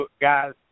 guys